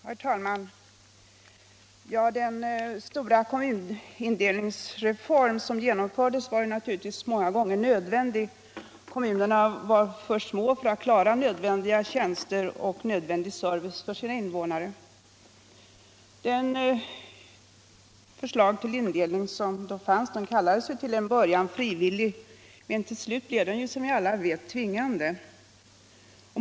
Herr talman! Den stora kommunindelningsreform som genomförts var naturligtvis många gånger nödvändig. Kommunerna var för små för att klara tjänster och service för sina invånare. Indelningen var enligt förslaget till en början frivillig men blev till slut som vi alla vet tvingande.